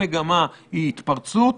שיעור ההכפלה במספר החולים הקלים הוא כל כך גבוה,